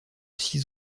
six